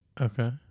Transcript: Okay